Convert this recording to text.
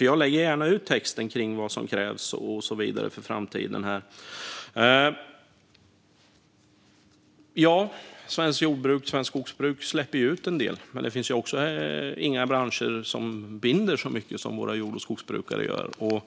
Jag lägger gärna ut texten kring vad som krävs för framtiden. Svenskt jordbruk och skogsbruk släpper ju ut en del, men det finns heller inga branscher som binder så mycket som våra jordbrukare och skogsbrukare gör.